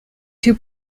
two